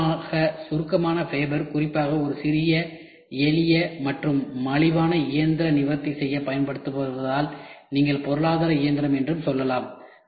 பொதுவான சுருக்கமான ஃபேபர் குறிப்பாக ஒரு சிறிய எளிய மற்றும் மலிவான இயந்திரத்தை நிவர்த்தி செய்ய பயன்படுத்தப்படுவதால் நீங்கள் பொருளாதார இயந்திரம் என்று சொல்லலாம்